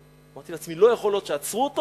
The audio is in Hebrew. אמרתי לעצמי שלא יכול להיות שעצרו אותו